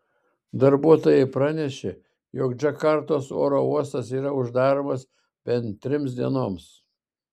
darbuotojai pranešė jog džakartos oro uostas yra uždaromas bent trims dienoms